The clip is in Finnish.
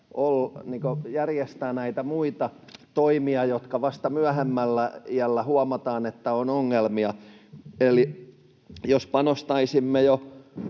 järjestää näitä muita toimia, joita tarvitaan, jos vasta myöhemmällä iällä huomataan, että on ongelmia. Eli panostaisimme jo